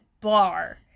bar